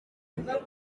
umuryango